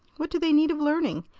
what do they need of learning?